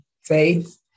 faith